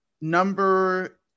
number